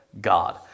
God